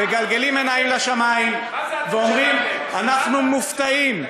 מגלגלים עיניים לשמים ואומרים: אנחנו מופתעים,